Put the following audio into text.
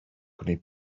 gwneud